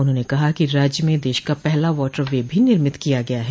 उन्होंने कहा कि राज्य में देश का पहला वाटर वे भी निर्मित किया गया है